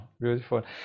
beautiful